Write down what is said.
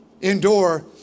endure